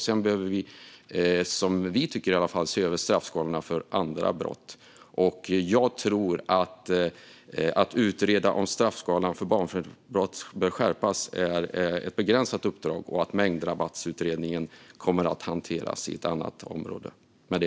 Sedan anser vi att straffskalorna för andra brott bör ses över. Att utreda om straffskalan för barnfridsbrott bör skärpas tror jag är ett begränsat uppdrag, och utredningen om mängdrabatt kommer att hanteras på ett annat område.